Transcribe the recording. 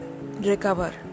recover